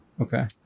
Okay